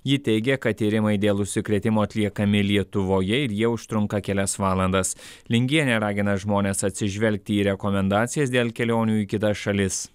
ji teigia kad tyrimai dėl užsikrėtimo atliekami lietuvoje ir jie užtrunka kelias valandas lingienė ragina žmones atsižvelgti į rekomendacijas dėl kelionių į kitas šalis